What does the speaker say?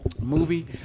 movie